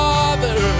Father